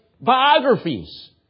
biographies